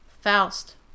Faust